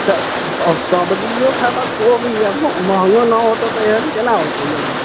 तऽ सब्जियो खैबऽ कोबी आओर महँगो ना होतय तऽ एहन केना होतय